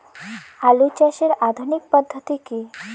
আলু চাষের আধুনিক পদ্ধতি কি?